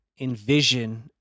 envision